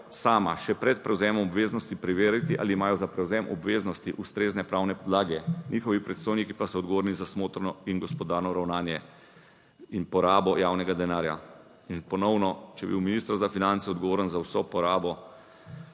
sama še pred prevzemom obveznosti preveriti, ali imajo za prevzem obveznosti ustrezne pravne podlage, njihovi predstojniki pa so odgovorni za smotrno in gospodarno ravnanje in porabo javnega denarja. In ponovno, če bi bil minister za finance odgovoren za vso porabo